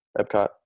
epcot